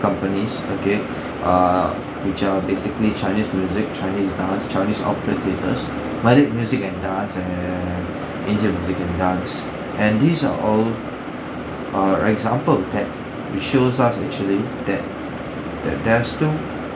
companies okay err which are basically chinese music chinese dance chinese opera theatres while it music and dance and asia music and dance and these are all err example that which shows us actually that that there are still